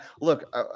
Look